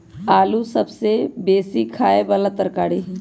आलू सबसे बेशी ख़ाय बला तरकारी हइ